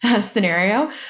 scenario